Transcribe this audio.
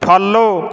follow